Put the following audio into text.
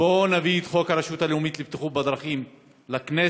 בוא נביא את חוק הרשות הלאומית לבטיחות בדרכים לכנסת.